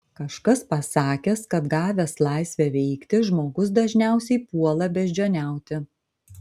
kažkas pasakęs kad gavęs laisvę veikti žmogus dažniausiai puola beždžioniauti